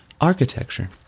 architecture